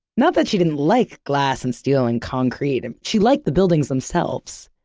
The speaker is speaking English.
not that she didn't like glass and steel and concrete. and she liked the buildings themselves.